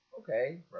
okay